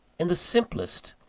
in the simplest,